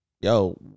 yo